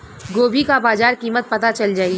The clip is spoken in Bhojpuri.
गोभी का बाजार कीमत पता चल जाई?